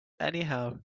anyhow